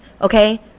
Okay